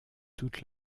toute